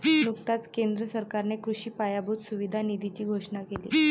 नुकताच केंद्र सरकारने कृषी पायाभूत सुविधा निधीची घोषणा केली